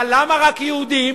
אבל למה רק יהודים?